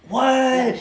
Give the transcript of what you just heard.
what